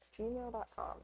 gmail.com